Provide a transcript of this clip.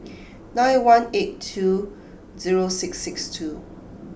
nine one eight two zero six six two